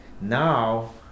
now